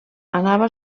anava